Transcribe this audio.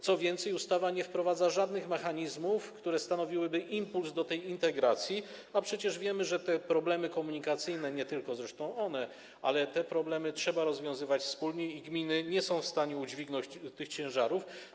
Co więcej, ustawa nie wprowadza żadnych mechanizmów, które stanowiłyby impuls do integracji, a przecież wiemy, że te problemy komunikacyjne - nie tylko zresztą te - trzeba rozwiązywać wspólnie i gminy nie są w stanie udźwignąć tych ciężarów.